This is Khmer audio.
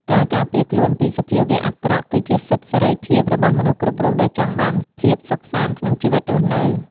ការការពារខ្លួនពីសភាវៈអាក្រក់គឺជាសិទ្ធិសេរីភាពរបស់មនុស្សគ្រប់រូបដែលចង់បានភាពសុខសាន្តក្នុងជីវិតរស់នៅ។